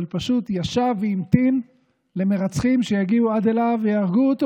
אבל פשוט ישב והמתין למרצחים שהגיעו עד אליו ויהרגו אותו,